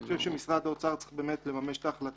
אני חושב שמשרד האוצר באמת צריך לממש את ההחלטה